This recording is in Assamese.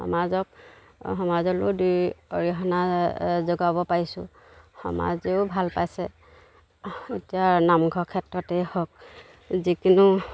সমাজক সমাজলৈয়ো দুই অৰিহণা যোগাব পাইছোঁ সমাজেও ভাল পাইছে এতিয়া নামঘৰ ক্ষেত্ৰতেই হওক যিকোনো